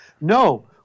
no